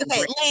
Okay